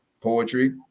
Poetry